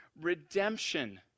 redemption